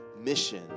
mission